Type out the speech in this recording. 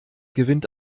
gewinnt